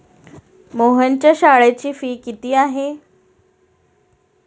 मोहनच्या शाळेची फी किती आहे?